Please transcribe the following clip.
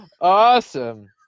awesome